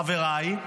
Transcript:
חבריי,